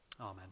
Amen